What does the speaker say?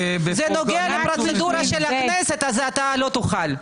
נוגע לפרוצדורה של הכנסת אז לא תוכל.